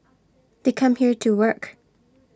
they come here to work